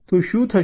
તો શું થશે